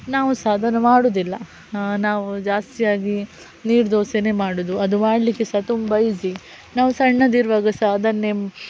ನಾವು ಸಹ ಅದನ್ನು ಮಾಡುವುದಿಲ್ಲ ನಾವು ಜಾಸ್ತಿಯಾಗಿ ನೀರು ದೋಸೆಯೇ ಮಾಡುವುದು ಅದು ಮಾಡಲಿಕ್ಕೆ ಸಹ ತುಂಬ ಈಸಿ ನಾವು ಸಣ್ಣದಿರುವಾಗ ಸಹ ಅದನ್ನೇ